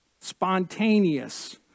Spontaneous